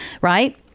Right